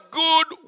good